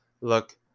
look